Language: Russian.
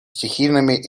стихийными